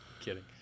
Kidding